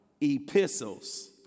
Epistles